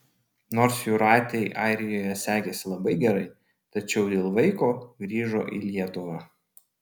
nors jūratei airijoje sekėsi labai gerai tačiau dėl vaiko grįžo į lietuvą